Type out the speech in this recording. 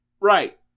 Right